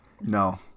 No